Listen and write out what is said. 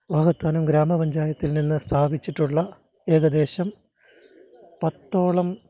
വാകത്താനം ഗ്രാമപഞ്ചായത്തിൽ നിന്ന് സ്ഥാപിച്ചിട്ടുള്ള ഏകദേശം പത്തോളം